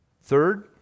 Third